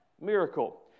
miracle